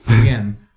Again